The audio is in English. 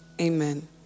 Amen